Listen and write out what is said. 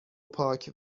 پاک